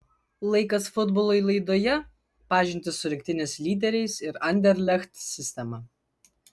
laikas futbolui laidoje pažintis su rinktinės lyderiais ir anderlecht sistema